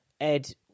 Ed